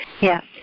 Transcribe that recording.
Yes